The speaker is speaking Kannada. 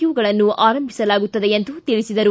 ಯುಗಳನ್ನು ಆರಂಭಿಸಲಾಗುತ್ತದೆ ಎಂದು ತಿಳಿಸಿದರು